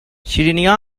شیرینیا